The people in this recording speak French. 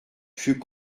fut